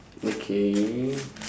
okay